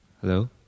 Hello